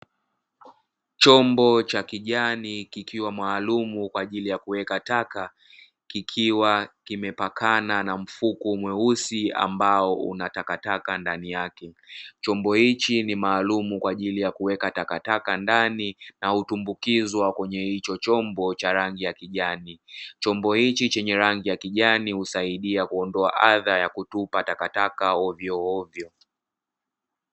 Chombo cha kijani kikiwa maalumu kwa ajili yakuweka taka, kikiwa kimepakana na mfuko mweusi ambao una takataka ndani yake. Chombo hiki ni maalumu kwa ajili ya kuweka takataka ndani na hutumbukizwa kwenye hicho chombo cha rangi ya kijani, Chombo hiki chenye rangi ya kijani husaidia kuondoa adha ya kutupa takataka hovyohovyo.